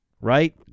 right